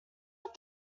that